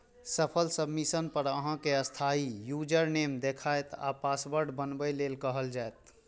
सफल सबमिशन पर अहां कें अस्थायी यूजरनेम देखायत आ पासवर्ड बनबै लेल कहल जायत